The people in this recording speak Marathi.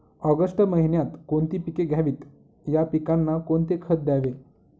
ऑगस्ट महिन्यात कोणती पिके घ्यावीत? या पिकांना कोणते खत द्यावे?